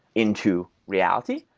into reality.